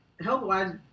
health-wise